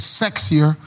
sexier